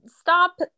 stop